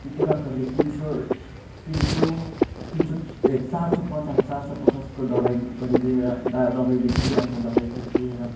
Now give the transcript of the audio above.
ती डाक्टरले तिन सय तिन सय तिन सय ए चार सय पचास चार सय पचासको दबाई गरिदिएर दा दबाई लेखिदिए अन्त दबाई गरिदिएर